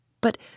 But